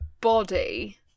body